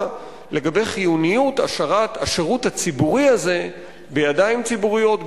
לגבי חיוניות השארת השירות הציבורי הזה בידיים ציבוריות,